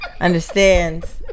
understands